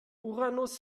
uranus